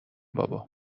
بابا